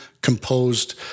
composed